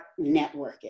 networking